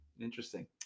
Interesting